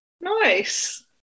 Nice